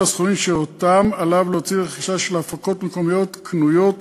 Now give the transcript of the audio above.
הסכומים שאותם עליו להוציא לרכישה של הפקות מקומיות קנויות